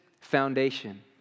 foundation